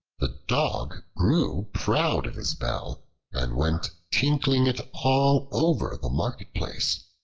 the dog grew proud of his bell and went tinkling it all over the marketplace.